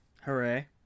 Hooray